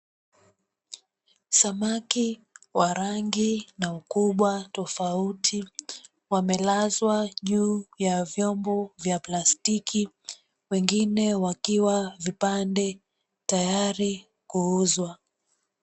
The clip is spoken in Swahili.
Samaki wa rangi na ukubwa tofauti wamelazwa juu ya vyombo vya plastiki wengine wakiwa vipande tayari kuuzwa.